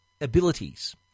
abilities